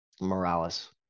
Morales